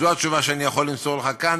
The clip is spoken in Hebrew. זו התשובה שאני יכול למסור לך כאן.